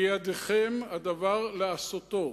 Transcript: בידכם הדבר לעשותו.